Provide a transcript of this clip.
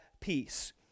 peace